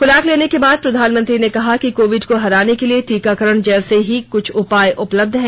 खुराक लेने के बाद प्रधानमंत्री ने कहा कि कोविड को हराने के लिए टीकाकरण जैसे ही कुछ उपाय उपलब्ध हैं